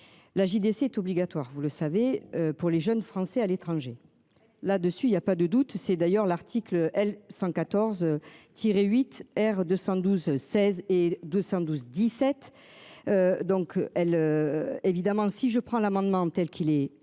La JDC est obligatoire, vous le savez, pour les jeunes français à l'étranger là-dessus il y a pas de doute, c'est d'ailleurs l'article L 114 tiré 8 212, 16 et 212 17. Donc elle. Évidemment si je prends l'amendement telle qu'il est